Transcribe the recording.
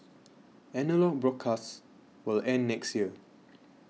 analogue broadcasts will end next year